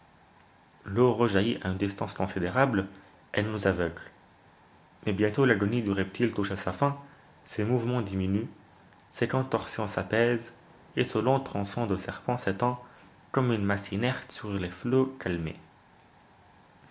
une distance considérable elle nous aveugle mais bientôt l'agonie du reptile touche à sa fin ses mouvements diminuent ses contorsions s'apaisent et ce long tronçon de serpent s'étend comme une masse inerte sur les flots calmés